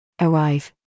arrive